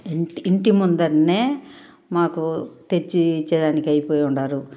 ఇంటి ఇంటి ముందర మాకు తెచ్చి ఇచ్చేదానికి అయిపోయినారు